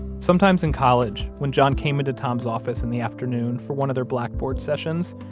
sometimes in college, when john came into tom's office in the afternoon for one of their blackboard sessions,